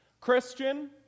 Christian